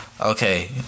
Okay